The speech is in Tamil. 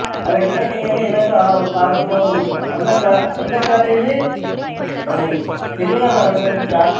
அதை கேட்கக் கேட்க எனக்கும் ஆ ஆர்வமாகவும் இருக்கும் அந்த கா அந்த கதையிலையே திருவிழா நடத்துறதுக்கு கா